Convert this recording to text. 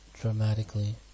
Dramatically